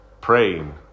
praying